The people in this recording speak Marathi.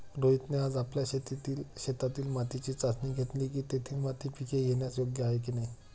रोहितने आज आपल्या शेतातील मातीची चाचणी घेतली की, तेथील माती पिके घेण्यास योग्य आहे की नाही